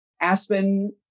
Aspen